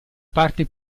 parte